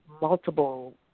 multiple